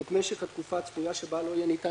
את משך התקופה הצפויה שבה לא יהיה ניתן